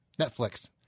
Netflix